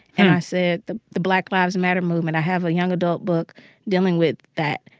and i said, the the black lives matter movement. i have a young adult book dealing with that.